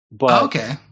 okay